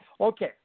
Okay